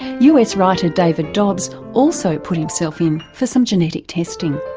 us writer david dobbs also put himself in for some genetic testing.